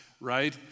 right